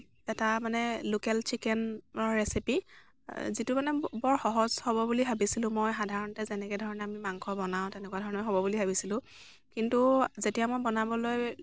এটা মানে লোকেল চিকেনৰ ৰেচিপি যিটো মানে বৰ সহজ হ'ব বুলি ভাবিছিলোঁ মই সাধাৰণতে যেনেকৈ ধৰণে আমি মাংস বনাওঁ তেনেকুৱা ধৰণৰ হ'ব বুলি ভাবিছিলোঁ কিন্তু যেতিয়া মই বনাবলৈ